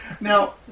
Now